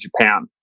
Japan